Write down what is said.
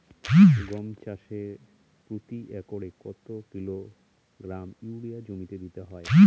গম চাষে প্রতি একরে কত কিলোগ্রাম ইউরিয়া জমিতে দিতে হয়?